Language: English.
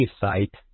site